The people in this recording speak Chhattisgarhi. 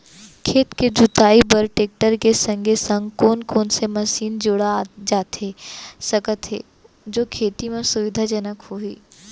खेत के जुताई बर टेकटर के संगे संग कोन कोन से मशीन जोड़ा जाथे सकत हे जो खेती म सुविधाजनक होही?